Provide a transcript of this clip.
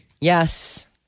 Yes